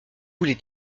voulez